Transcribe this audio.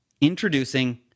Introducing